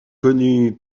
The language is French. connu